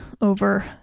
over